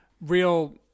real